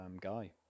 guy